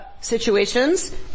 situations